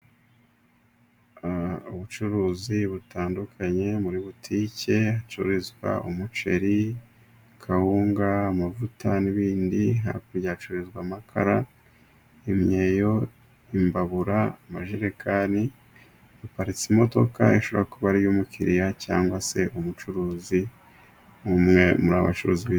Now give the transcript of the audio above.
Ubucuruzi butandukanye muri butike hacururizwa :umuceri, kawunga, amavuta n'ibindi hakurya hacuruzwa: amakara imyeyo, imbabura amajerekani ,haparitse imodoka ishobora kuba ari iy'umukiriya ,cyangwa se umucuruzi umwe muri aba bacuruzi bize.